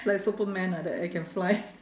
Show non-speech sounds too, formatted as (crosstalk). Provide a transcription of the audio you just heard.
like superman like that I can fly (laughs)